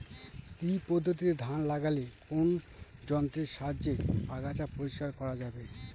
শ্রী পদ্ধতিতে ধান লাগালে কোন যন্ত্রের সাহায্যে আগাছা পরিষ্কার করা যাবে?